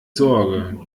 sorge